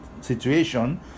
situation